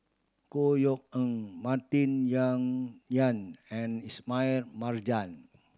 Chor Yeok Eng Martin Yan and Ismail Marjan